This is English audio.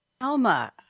Alma